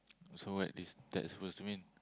so what is that supposed to mean